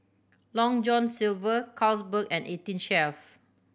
Long John Silver Carlsberg and Eighteen Chef